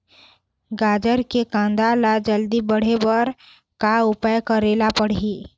गाजर के कांदा ला जल्दी बड़े करे बर का उपाय करेला पढ़िही?